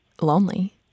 lonely